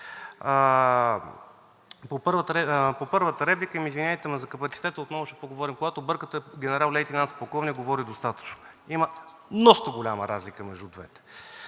По първата реплика, ами, извинявайте, но за капацитета отново ще поговорим – когато бъркате генерал-лейтенант с полковник, говори достатъчно. Има доста голяма разлика между двете.